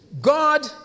God